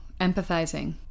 empathizing